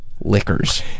liquors